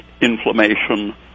inflammation